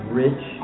rich